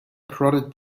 prodded